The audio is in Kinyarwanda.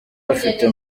afite